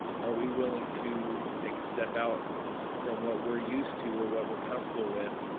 are we willing to to take a step out from what we are used to or what we are comfortable with.